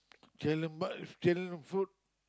can lah the food